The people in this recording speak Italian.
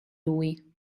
lui